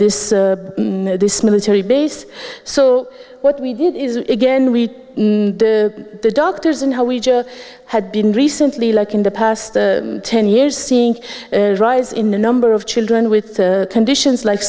this this military base so what we did is again with the doctors and how we had been recently like in the past ten years seeing rise in the number of children with conditions like